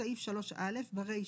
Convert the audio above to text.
בסעיף 3א ברישה,